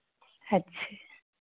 अच्छे